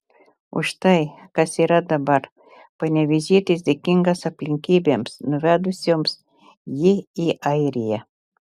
už tai kas yra dabar panevėžietis dėkingas aplinkybėms nuvedusioms jį į airiją